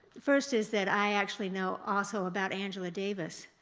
first is that i actually know also about angela davis.